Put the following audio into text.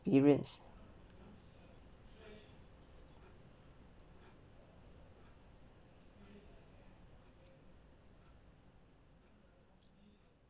periods